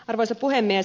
arvoisa puhemies